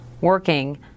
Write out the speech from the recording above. working